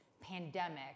pandemic